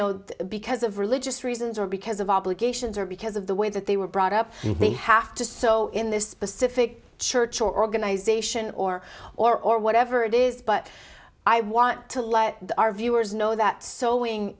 know because of religious reasons or because of obligations or because of the way that they were brought up they have to so in this specific church or organization or or or whatever it is but i want to let our viewers know that sewing